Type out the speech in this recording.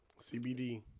CBD